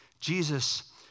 Jesus